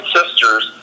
sisters